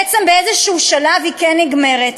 בעצם, באיזה שלב היא כן נגמרת.